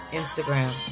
instagram